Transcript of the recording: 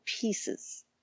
pieces